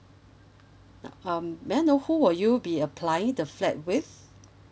um may I know who will you be applying flat with